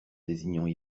désignant